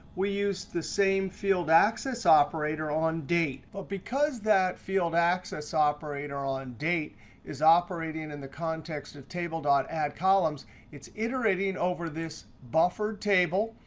we use the same field access operator on date. but because that field access operator on date is operating in the context of table addcolumns, it's iterating over this bufferedtable.